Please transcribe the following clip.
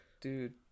dude